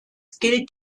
gilt